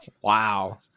wow